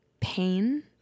pain